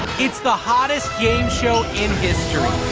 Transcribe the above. it's the hottest game show in history.